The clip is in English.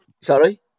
Sorry